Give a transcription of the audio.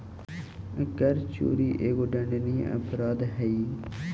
कर चोरी एगो दंडनीय अपराध हई